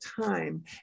time